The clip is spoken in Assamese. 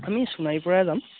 আমি সোণাৰীৰ পৰা যাম